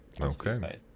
Okay